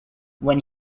when